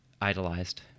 idolized